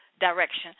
direction